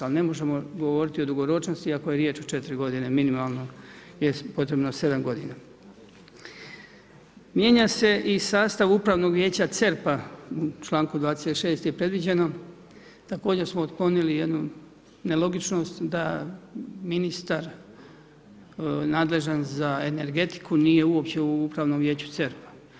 Al ne možemo govoriti o dugoročnosti, ako je riječ o 4 g. minimalno, jest potrebno 7 g. Mijenja se i sastav upravnog vijeća CERP-a u članku 26. je predviđeno, također smo otponili jednu nelogičnost, da ministar, nadležan za energetiku, nije uopće u upravnom vijeću CERP.